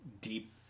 deep